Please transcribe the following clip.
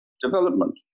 development